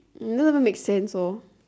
it doesn't even make sense lor